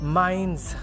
minds